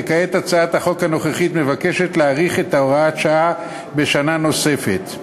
וכעת הצעת החוק הנוכחית מבקשת להאריך את הוראת השעה בשנה נוספת.